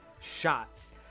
shots